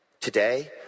Today